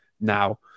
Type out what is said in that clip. now